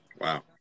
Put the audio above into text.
wow